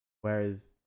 whereas